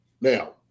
Now